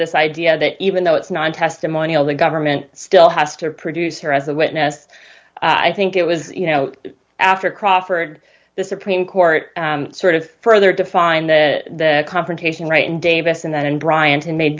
this idea that even though it's not a testimonial the government still has to produce her as a witness i think it was you know after crawford the supreme court sort of further defined the confrontation right in davis and then bryant and made